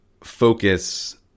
focus